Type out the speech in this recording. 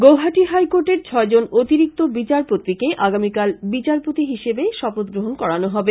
গৌহাটি হাইকোর্টের ছয়জন অতিরিক্ত বিচারপতিকে আগামীকাল বিচারপতি হিসেবে শপথগ্রহণ করানো হবে